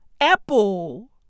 Apple